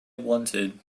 wanted